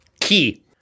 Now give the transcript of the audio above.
Key